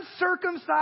uncircumcised